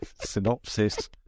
synopsis